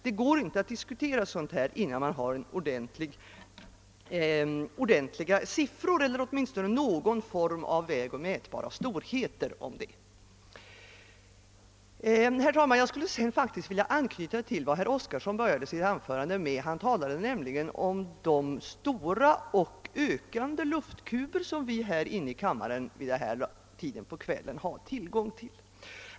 Det går inte att diskutera sådant här, innan man har ordentligt sifferunderlag eller åtminstone någon form av vägoch mätbara storheter att bygga på. Herr talman! Jag skulle sedan faktiskt vilja anknyta till vad herr Oskarson började sitt anförande med. Han talade om de stora och ökande luftkuber som vi här i kammaren vid denna tid på kvällen har tillgång till.